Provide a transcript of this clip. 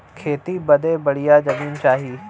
खेती बदे बढ़िया जमीन चाही